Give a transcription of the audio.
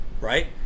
right